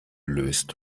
löst